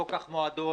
בוא קח מועדון,